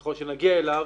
ככל שנגיע אליו,